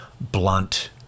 blunt